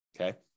Okay